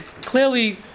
clearly